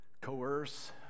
coerce